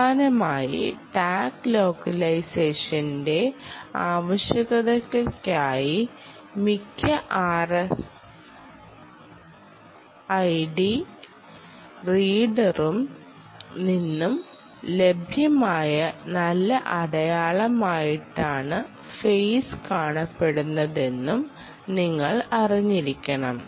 അവസാനമായി ടാഗ് ലോക്കലൈസേഷന്റെആവശ്യകതയ്ക്കായി മിക്ക ആർഎഫ്ഐഡി റീഡറിൽ നിന്നും ലഭ്യമായ നല്ല അടയാളം ആയിട്ടാണ് ഫെയിസ് കാണപ്പെടുന്നതെന്നും നിങ്ങൾ അറിഞ്ഞിരിക്കണം